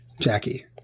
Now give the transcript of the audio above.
Jackie